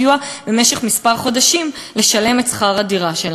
במשך כמה חודשים הסיוע כדי לשלם את שכר הדירה שלה.